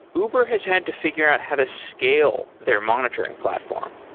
uber has had to figure out how to scale their monitoring platform.